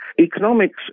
Economics